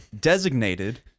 designated